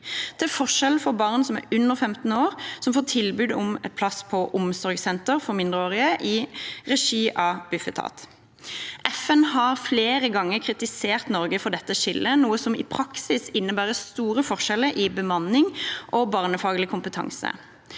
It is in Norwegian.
til forskjell fra barn som er under 15 år, som får tilbud om plass på omsorgssenter for mindreårige i regi av Bufetat. FN har flere ganger kritisert Norge for dette skillet, som i praksis innebærer store forskjeller i bemanning og barnefaglig kompetanse.